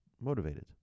motivated